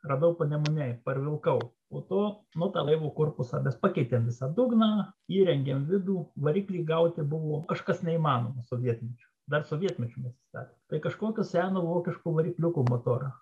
radau panemunėj parvilkau po to nu tą laivo korpusą mes pakeitėm visą dugną įrengėm vidų variklį gauti buvo kažkas neįmanoma sovietmečiu dar sovietmečiu mes statėm tai kažkokio seno vokiško varikliuko motorą